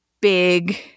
big